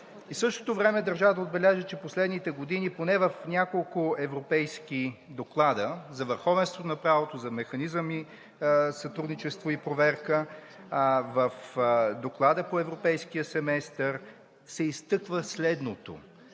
В същото време държа да отбележа, че последните години – поне в няколко европейски доклада за върховенство на правото, за механизъм за сътрудничество и проверка, в Доклада по европейския семестър, се изтъква следното